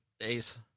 Ace